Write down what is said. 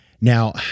Now